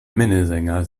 minnesänger